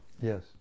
Yes